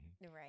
Right